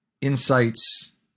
insights